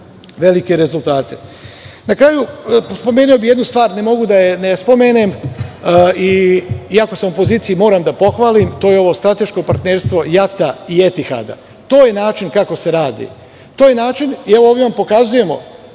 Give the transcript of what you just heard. velike rezultate. Na kraju, spomenuo bih jednu stvar, ne mogu da je ne spomenem iako sam u opoziciji, moram da pohvalim, to je ovo strateško partnerstvo JAT i Etihada. To je način kako se radi, to je način i evo ovim vam pokazujemo,